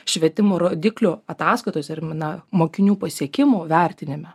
švietimo rodiklių ataskaitos ir mina mokinių pasiekimų vertinime